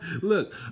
Look